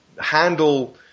handle